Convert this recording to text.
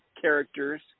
characters